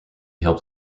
helped